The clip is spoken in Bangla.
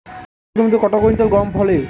এক হেক্টর জমিতে কত কুইন্টাল গম ফলে?